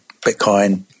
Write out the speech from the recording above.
bitcoin